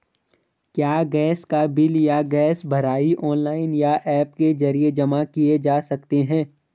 क्या गैस का बिल या गैस भराई ऑनलाइन या ऐप के जरिये जमा किये जा सकते हैं?